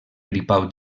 gripau